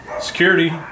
Security